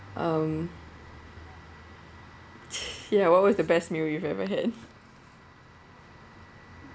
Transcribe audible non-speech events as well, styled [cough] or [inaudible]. um [noise] ya what was the best meal you've ever had